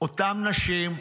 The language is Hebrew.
אותן נשים,